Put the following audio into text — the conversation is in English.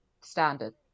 standard